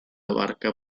barca